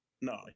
No